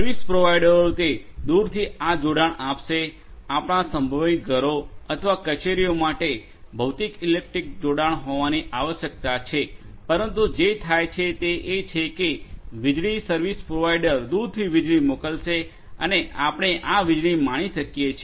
service provider તે દૂરથી આ જોડાણ આપશે આપણા સંભવિત ઘરો અથવા કચેરીઓ માટે ભૌતિક ઇલેક્ટ્રિક જોડાણ હોવાની આવશ્યકતા છે પરંતુ જે થાય છે તે એ છે કે વીજળી સર્વિસ પ્રોવાઇડર દૂરથી વીજળી મોકલશે અને આપણે આ વીજળી માણી શકીએ છીએ